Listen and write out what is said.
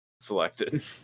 selected